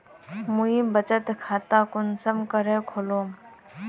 मुई बचत खता कुंसम करे खोलुम?